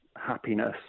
happiness